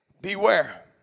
Beware